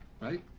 right